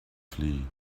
flee